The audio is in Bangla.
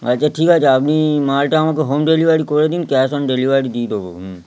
আচ্ছা ঠিক আছে আপনি মালটা আমাকে হোম ডেলিভারি করে দিন ক্যাশ অন ডেলিভারি দিই দেবো হুম